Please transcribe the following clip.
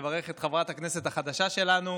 לברך את חברת הכנסת החדשה שלנו,